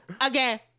again